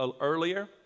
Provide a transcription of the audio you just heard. earlier